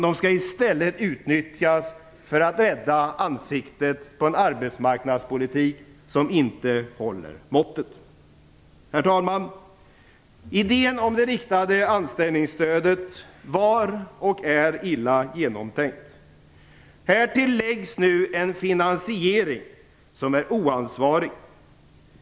De skall i stället utnyttjas för att rädda ansiktet på en arbetsmarknadspolitik som inte håller måttet. Herr talman! Idén om det riktade anställningsstödet var och är illa genomtänkt. Härtill läggs nu en finansiering som är oansvarig.